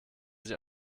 sich